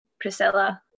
Priscilla